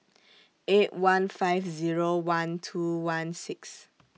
eight one five Zero one two one six